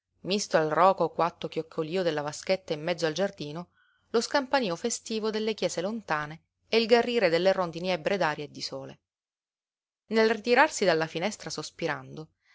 al ròco quatto chioccolío della vaschetta in mezzo al giardino lo scampanío festivo delle chiese lontane e il garrire delle rondini ebbre d'aria e di sole nel ritirarsi dalla finestra sospirando